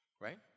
Right